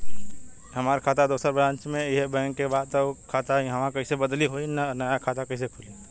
हमार खाता दोसर ब्रांच में इहे बैंक के बा त उ खाता इहवा कइसे बदली होई आ नया खाता कइसे खुली?